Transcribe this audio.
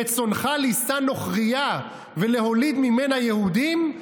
רצונך לישא נכרית ולהוליד ממנה יהודים,